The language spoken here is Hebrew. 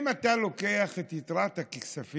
אם אתה לוקח את יתרת הכספים